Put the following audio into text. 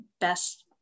best